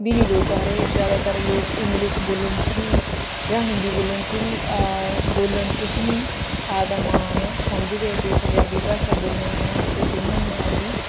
ਵੀ ਨਹੀਂ ਲੋਕ ਆ ਰਹੇ ਜ਼ਿਆਦਾਤਰ ਲੋਕ ਇੰਗਲਿਸ਼ ਬੋਲਣ 'ਚ ਹੀ ਜਾਂ ਹਿੰਦੀ ਬੋਲਣ 'ਚ ਵੀ ਬੋਲਣ 'ਚ ਹੀ ਆਪ ਦਾ ਮਾਣ ਸਮਝਦੇ ਅਤੇ ਪੰਜਾਬੀ ਭਾਸ਼ਾ ਬੋਲਣ 'ਚ ਉਹਨਾਂ ਨੂੰ ਆਪ ਦੀ